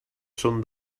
són